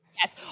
Yes